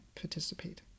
participate